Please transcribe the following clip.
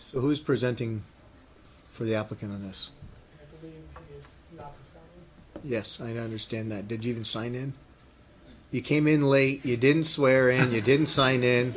so who's presenting for the applicant in this yes i understand that did you even sign in you came in late you didn't swear in you didn't sign in